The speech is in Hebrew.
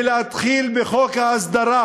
ולהתחיל בחוק ההסדרה,